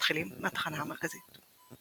ומתחילים מהתחנה המרכזית.